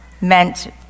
meant